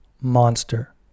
monster